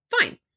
Fine